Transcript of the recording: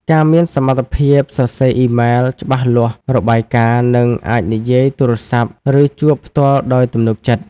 ការមានសមត្ថភាពសរសេរអ៊ីមែលច្បាស់លាស់ របាយការណ៍ និងអាចនិយាយទូរសព្ទ ឬជួបផ្ទាល់ដោយទំនុកចិត្ត។